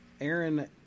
Aaron